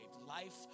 Life